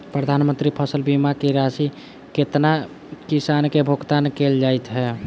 प्रधानमंत्री फसल बीमा की राशि केतना किसान केँ भुगतान केल जाइत है?